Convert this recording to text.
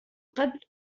قبل